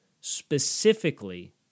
specifically